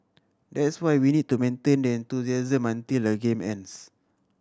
that's why we need to maintain that enthusiasm until the game ends